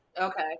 Okay